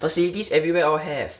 facilities everywhere all have